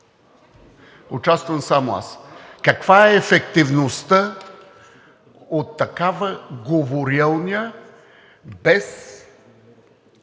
Участвам само аз, а каква е ефективността от такава говорилня, без